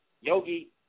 Yogi